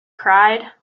cried